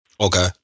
okay